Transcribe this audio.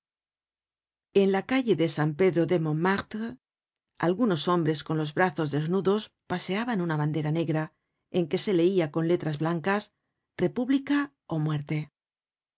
en la calle de san pedro de montmartre algunos hombres con los brazos desnudos paseaban una bandera negra en que se leia con letras blancas república ú muerte